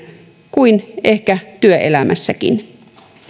kuin ehkä työelämässäkin